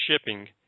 shipping